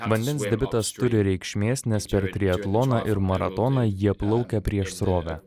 vandens debitas turi reikšmės nes per triatloną ir maratoną jie plaukia prieš srovę